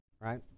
right